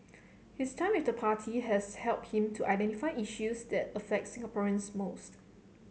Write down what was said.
his time with the party has helped him to identify issues that affect Singaporeans most